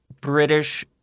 British